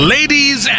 Ladies